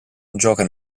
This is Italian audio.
gioca